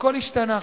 הכול השתנה.